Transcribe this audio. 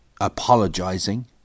apologising